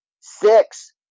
six